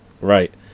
Right